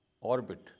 orbit